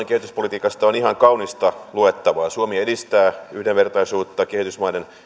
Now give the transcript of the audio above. kehityspolitiikasta on ihan kaunista luettavaa suomi edistää yhdenvertaisuutta kehitysmaiden